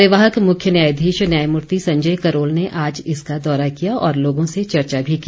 कार्यवाहक मुख्य न्यायाधीश न्यायमूर्ति संजय करोल ने आज इसका दौरा किया और लोगों से चर्चा मी की